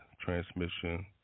transmission